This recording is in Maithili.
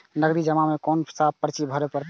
नगदी जमा में कोन सा पर्ची भरे परतें?